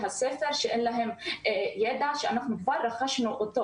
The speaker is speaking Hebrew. הספר שאין להם ידע אותו אנחנו רכשנו במשך השנים.